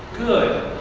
good.